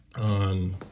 on